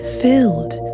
filled